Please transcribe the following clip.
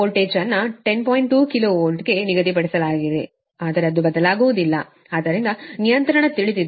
2 KV ಗೆ ನಿಗದಿಪಡಿಸಲಾಗಿದೆ ಅದು ಬದಲಾಗುವುದಿಲ್ಲ ಆದ್ದರಿಂದ ನಿಯಂತ್ರಣ ತಿಳಿದಿದ್ದರೆ ಇದು 9